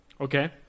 Okay